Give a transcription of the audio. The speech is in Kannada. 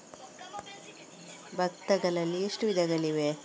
ಭತ್ತಗಳಲ್ಲಿ ಎಷ್ಟು ವಿಧಗಳಿವೆ?